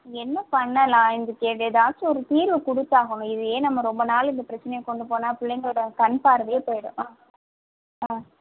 என்ன பண்ணலாம் இதுக்கு எது ஏதாச்சு ஒரு தீர்வு கொடுத்தாகணும் இதையே நம்ம ரொம்ப நாள் இந்த பிரச்சினைய கொண்டு போனால் பிள்ளைங்களோட கண் பார்வையே போய்விடும் ஆ